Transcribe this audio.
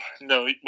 no